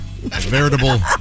veritable